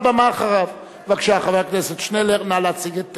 בבקשה, חבר הכנסת שנלר, נא להציג.